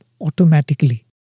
automatically